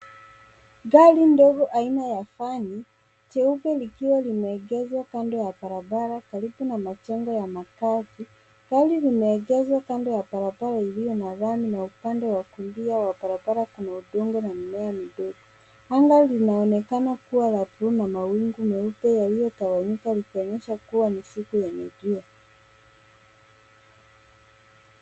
Gari ndogo aina ya van ,jeupe likiwa limeengeshwa kando ya barabara karibu na majengo ya makazi. Gari limeengeshwa kando ya barabara iliyo na lami na upande wa kulia wa barabara kuna udongo na mimea midogo. Anga linaonekana kuwa la bluu na mawingu meupe yaliyotawanyika ikionyesha kuwa ni siku yenye jua.